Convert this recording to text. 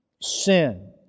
sin